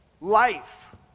life